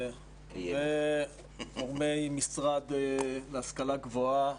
וגורמי המשרד להשכלה גבוהה,